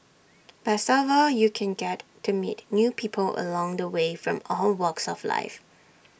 best of all you can get to meet new people along the way from all walks of life